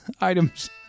Items